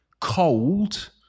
cold